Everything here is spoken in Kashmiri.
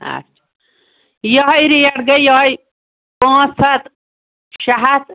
اچھا یِہوٚے ریٹ گٔے یِہوٚے پانٛژھ ہَتھ شےٚ ہَتھ